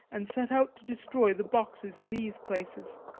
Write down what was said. and set out to destroy the boxes in these places.